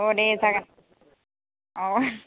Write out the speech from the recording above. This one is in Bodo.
अ दे जागोन अ